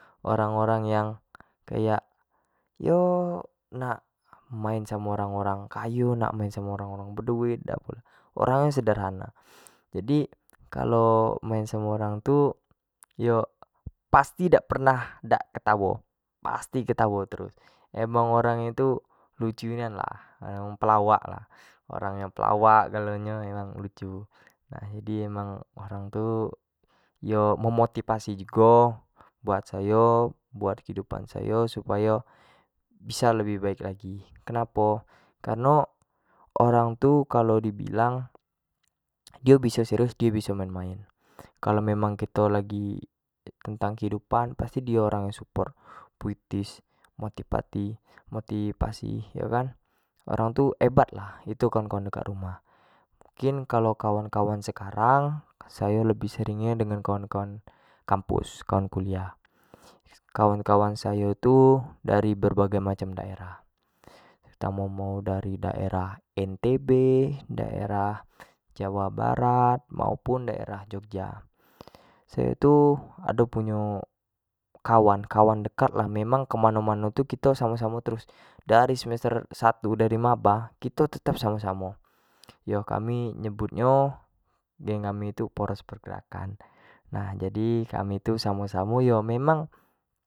Orang-orang yang kayak yang iyo nak main samo orang-orang kayo, main samo orang-orang be duit, orang sederhana, jadi kalau main samo orang tu pasti dak pernah dak ketawo pasti ketawo terus emang orang itu lucu nian lah pelwak lah, orang nyo pelawak galo nyo emang lucu nah jadi memang orang tu yo memotivasi jugo buat sayo, buat kehidupan sayo supayo, bisa lebih baik lagi, kenapo kareno orang tu kalau di bilang dio biso serius, dio biso main-main kalau memang kito lagi tentang kehidupan pasti dio orang ini support, puistis, motivasi yo kan, orang tu hebat lah itu kawan-kawan dekat rumah, mungkin kalau kawan-kawan sekarang sayo lebih sering nyo samo kawan-kawan kampus kawan kuliah, kawan-kawan sayo tu dari berbagai macam daerah, kito mau-mau dari daerah ntb, daerah jawa barat, maupun daerah jogja, sayo tu ado punyo kawan-kawan dekat lah memang kemano-mano kito samo-samo terus dari semester satu, dari maba kito tu tetap samo-samo itu kami nyebut nyo gank kami tu poros pergerakan, nah jadi kami tu samo-samo yo memang.